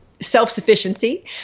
self-sufficiency